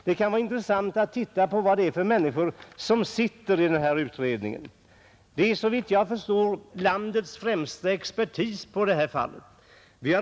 Det kan vara intressant att titta på vilka människor som sitter i utredningen. Det är, såvitt jag förstår, landets främsta expertis på området.